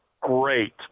great